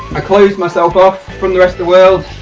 i close myself off from the rest of the world